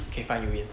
okay fine you win